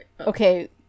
okay